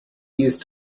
used